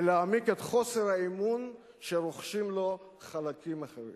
ולהעמיק את חוסר האמון שרוחשים להם חלקים אחרים.